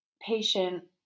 patient